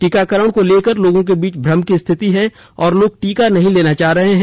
टीकाकरण को लेकर लोगों के बीच भ्रम की स्थिति है और लोग टीका नहीं लेना चाह रहे हैं